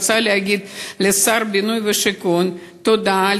רוצה להגיד לשר הבינוי והשיכון תודה על